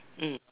mm